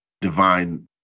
Divine